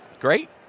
Great